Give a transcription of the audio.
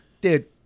Dude